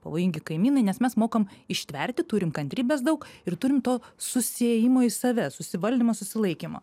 pavojingi kaimynai nes mes mokam ištverti turim kantrybės daug ir turim to susiejimo į save susivaldymą susilaikymą